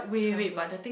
transportation